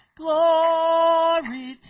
glory